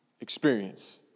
experience